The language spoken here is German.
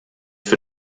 für